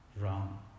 wrong